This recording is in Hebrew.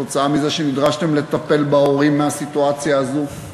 כתוצאה מזה שנדרשתם לטפל בהורים בגלל הסיטואציה הזו,